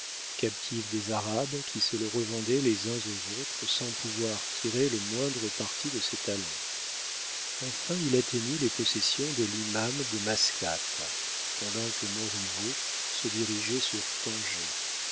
captif des arabes qui se le revendaient les uns aux autres sans pouvoir tirer le moindre parti de ses talents enfin il atteignit les possessions de l'imam de mascate pendant que montriveau se dirigeait sur